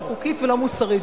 לא חוקית ולא מוסרית,